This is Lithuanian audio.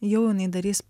jau jinai darys